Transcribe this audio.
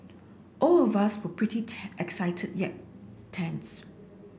all of us were pretty excited yet tense